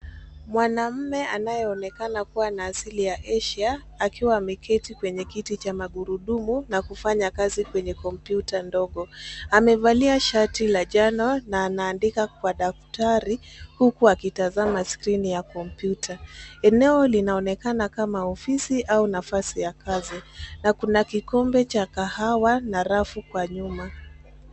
Mwanamume anayeonekana kuwa na asili ya Asia akiwa ameketi kwenye kiti cha magurudumu na kufanya kazi kwenye kompyuta ndogo. Amevalia shati la njano na anaandika kwa daftari huku akitazama skrini ya kompyuta. Eneo linaonekana kama ofisi au nafasi ya kazi na kuna kikombe cha kahawa na rafu kwa nyuma.